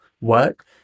work